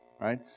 right